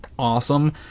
awesome